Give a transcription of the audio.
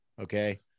okay